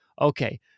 Okay